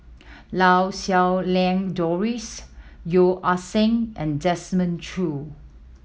Lau Siew Lang Doris Yeo Ah Seng and Desmond Choo